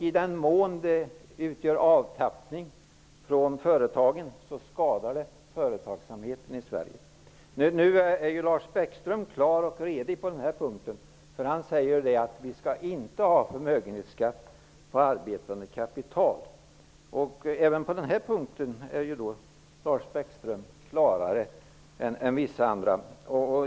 I den mån det utgör avtappning från företag, skadar det företagsamheten i Sverige. Nu är Lars Bäckström klar och redig på denna punkt. Han säger att vi inte skall ha förmögenhetsskatt på arbetande kapital. Även på denna punkt är Lars Bäckström klarare än vissa andra.